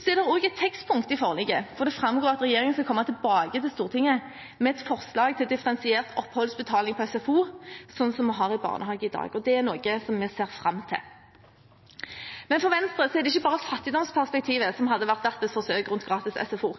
Det er også et tekstpunkt i budsjettforliket hvor det framgår at regjeringen skal komme tilbake til Stortinget med et forslag om differensiert oppholdsbetaling i SFO, som vi har i barnehagene i dag. Det er noe vi ser fram til. Men for Venstre er det ikke bare fattigdomsperspektivet som hadde vært verdt et forsøk rundt gratis SFO.